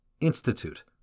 institute